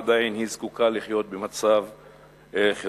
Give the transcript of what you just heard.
עדיין היא זקוקה לחיות במצב חירום.